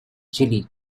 chile